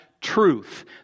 truth